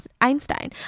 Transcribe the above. Einstein